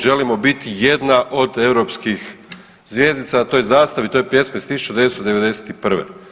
Želimo biti jedna od europskih zvjezdica na toj zastavi, a to je pjesma iz 1991.